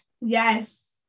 Yes